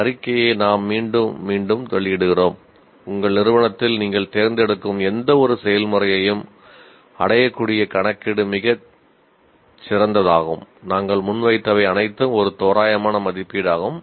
இந்த அறிக்கையை நாம் மீண்டும் மீண்டும் வெளியிடுகிறோம் உங்கள் நிறுவனத்தில் நீங்கள் தேர்ந்தெடுக்கும் எந்தவொரு செயல்முறையையும் அடையக்கூடிய கணக்கீடு மிகச் சிறந்ததாகும் நாங்கள் முன்வைத்தவை அனைத்தும் ஒரு தோராயமான மதிப்பீடாகும்